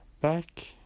Back